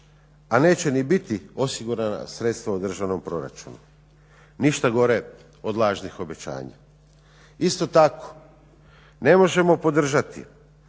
a neće ni biti osigurana sredstva u Državnom proračunu. Ništa gore od lažnih obećanja. Isto tako, ne možemo podržati